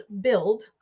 build